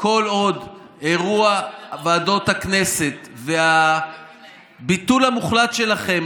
כל עוד אירוע ועדות הכנסת והביטול המוחלט שלכם